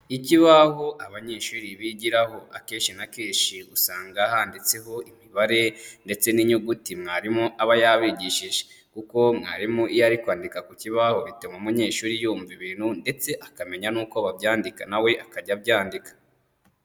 Ikibaho abanyeshuri bigiraho, akenshi na kenshi usanga handitseho imibare ndetse n'inyuguti mwarimu aba yabigishije, kuko mwarimu iyo ari kwandika ku kibaho bituma umunyeshuri yumva ibintu ndetse akamenya n'uko babyandika na we akajya abyandika.